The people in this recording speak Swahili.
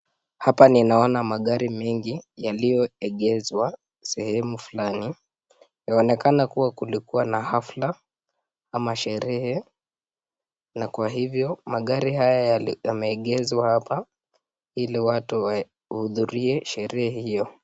Hapa ninaona magari mengi, yaliyo egeshwa sehemu fulani yaonaonekana kuwa kulikuwa na hafla, ama sherehe na kwa hivyo magari haya yameegeshwa hapa, ili watu wahudhurie sherehe hiyo.